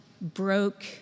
broke